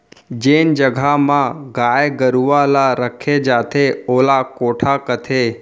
जेन जघा म गाय गरूवा ल रखे जाथे ओला कोठा कथें